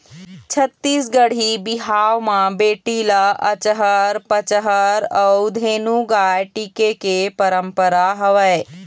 छत्तीसगढ़ी बिहाव म बेटी ल अचहर पचहर अउ धेनु गाय टिके के पंरपरा हवय